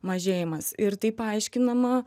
mažėjimas ir tai paaiškinama